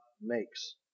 makes